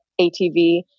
ATV